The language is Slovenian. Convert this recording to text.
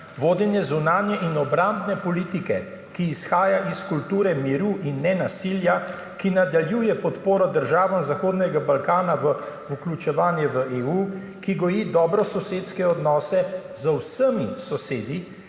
vodenje zunanje in obrambne politike, ki izhaja iz kulture miru in ne nasilja, ki nadaljuje podporo državam Zahodnega Balkana v vključevanje v EU, ki goji dobrososedske odnose z vsemi sosedi,